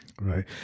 Right